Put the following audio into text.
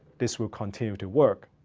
this will continue to work.